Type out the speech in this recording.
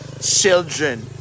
children